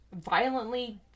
violently